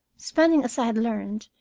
spending as i had learned,